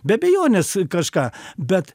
be abejonės kažką bet